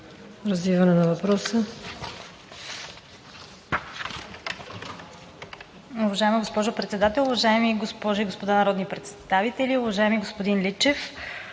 развиване на въпроса.